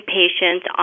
patients